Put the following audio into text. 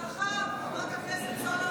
בהצלחה, חברת הכנסת סון הר